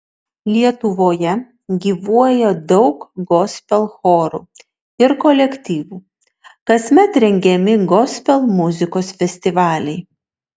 lietuvoje gyvuoja daug gospel chorų ir kolektyvų kasmet rengiami gospel muzikos festivaliai